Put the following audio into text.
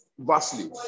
vastly